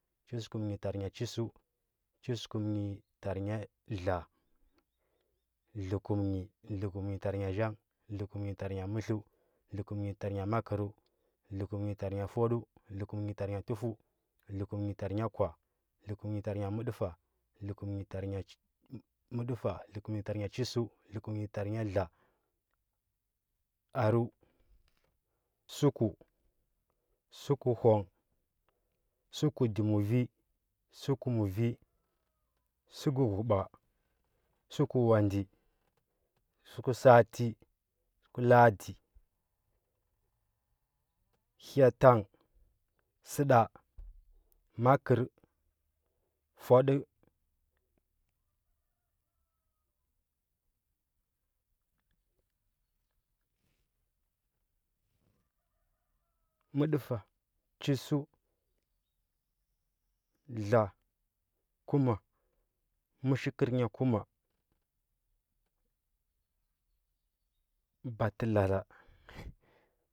Chasəkum nyi tar nya chəsəu chəsəku nyi tar nya dla, ddlə kum nyi dləkuma nyi tar nya zhangh dlakum nyi tar nya mətləu dləkum nyi tar nya fudəu dləkum nyi tar nya tufəu dlo kum nyi far ny a kwa dlekum nyi tar nya mədəfa dləkum nyi tar nya chəszu dlə kum nyi tarya dlekum nnyi tar nya mədəfa, dləkum nyi tar nya chvsəu dlə kum nyi tarnya dlə nghardu səkə hona səkəu dimuvi, səkdu muvi, səkdu huba, səkdu wadi səkdu sati ladi. Hya tang səda, makər, fudzu mədəfa chəsəu dla, kuma, mushikər nya kuma, batə lara.